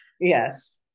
Yes